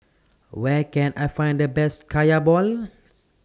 Where Can I Find The Best Kaya Balls